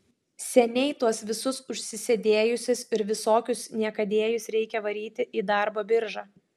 seniai tuos visus užsisėdėjusius ir visokius niekadėjus reikia varyti į darbo biržą